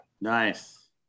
nice